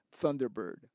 Thunderbird